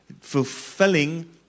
fulfilling